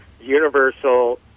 Universal